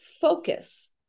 focus